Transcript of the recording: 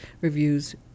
reviews